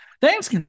thanks